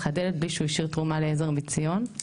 הדלת בלי שהוא השאיר תרומה לעזר מציון,